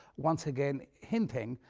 once again hinting,